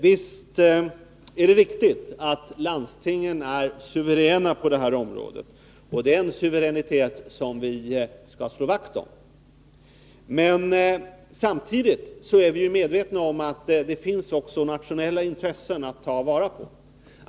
Visst är det riktigt att landstingen är suveräna på detta område. Det är en suveränitet som vi skall slå vakt om. Men samtidigt är vi medvetna om att det finns också nationella intressen att ta vara på.